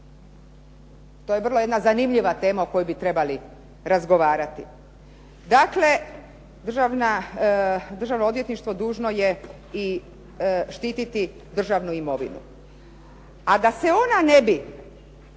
To je jedna vrlo zanimljiva tema o kojoj bi trebali razgovarati. Dakle, Državno odvjetništvo dužno je i štititi državnu imovinu. A da se ona ne bi